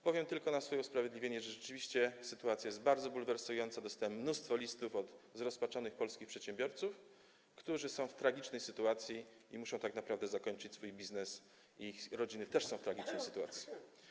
Powiem tylko na swoje usprawiedliwienie, że rzeczywiście sytuacja jest bardzo bulwersująca, dostałem mnóstwo listów od zrozpaczonych polskich przedsiębiorców, którzy są w tragicznej sytuacji i muszą tak naprawdę zakończyć swój biznes, i ich rodziny też są w tragicznej sytuacji.